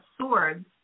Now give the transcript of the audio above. swords